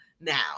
now